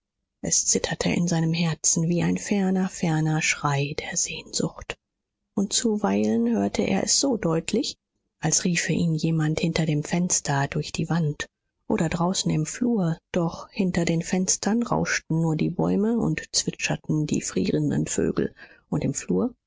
es zitterte in seinem herzen wie ein ferner ferner schrei der sehnsucht und zuweilen hörte er es so deutlich als riefe ihn jemand hinter dem fenster durch die wand oder draußen im flur doch hinter den fenstern rauschten nur die bäume und zwitscherten die frierenden vögel und im flur